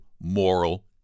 moral